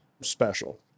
special